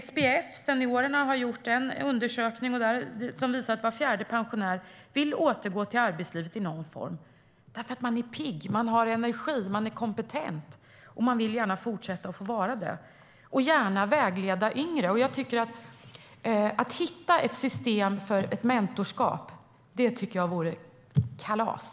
SPF Seniorerna har gjort en undersökning som visar att var fjärde pensionär vill återgå till arbetslivet i någon form därför att man är pigg, har energi, är kompetent och vill gärna fortsätta att vara det och gärna vägleda yngre. Att hitta ett system för ett mentorskap tycker jag skulle vara kalas.